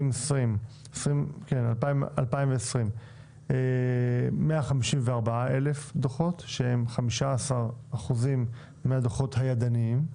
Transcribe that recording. בשנת 2020 ניתנו 154 אלף דוחות שהם 15 אחוזים מהדוחות הידניים.